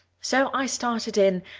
so i started in,